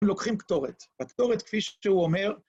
‫הם לוקחים קטורת. ‫והקטורת, כפי שהוא אומר, ...